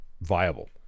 viable